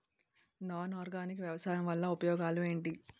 Non organic వ్యవసాయం వల్ల ఉపయోగాలు ఏంటీ?